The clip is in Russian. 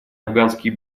афганские